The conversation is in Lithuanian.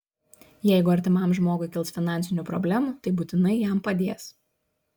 jeigu artimam žmogui kils finansinių problemų tai būtinai jam padės